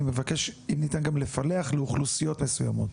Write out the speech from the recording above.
אני מבקש אם ניתן גם לפלח לאוכלוסיות מסוימות,